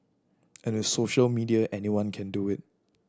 and with social media anyone can do it